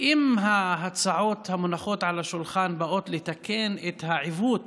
אם ההצעות המונחות על השולחן באות לתקן את העיוות